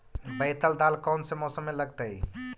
बैतल दाल कौन से मौसम में लगतैई?